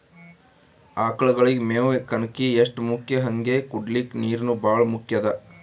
ಆಕಳಗಳಿಗ್ ಮೇವ್ ಕಣಕಿ ಎಷ್ಟ್ ಮುಖ್ಯ ಹಂಗೆ ಕುಡ್ಲಿಕ್ ನೀರ್ನೂ ಭಾಳ್ ಮುಖ್ಯ ಅದಾ